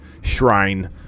shrine